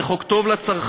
זה חוק טוב לצרכנים,